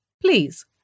Please